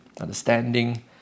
understanding